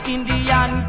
Indian